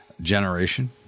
generation